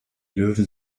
löwen